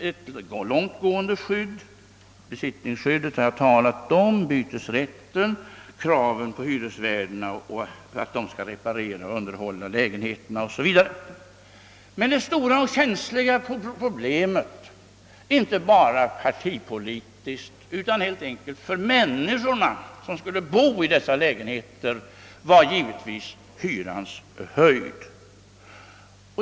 Besittningsskyddet har jag redan talat om, och vidare gällde det bytesrätten samt kravet på att hyresvärdarna skall reparera och underhålla lägenheterna. Men det stora och känsliga problemet — inte bara partipolitiskt utan helt enkelt för de människor som skall bo i lägenheterna — var givetvis hyrans höjd.